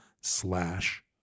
slash